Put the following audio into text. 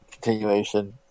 continuation